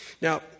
Now